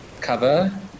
cover